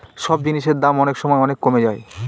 সব জিনিসের দাম অনেক সময় অনেক কমে যায়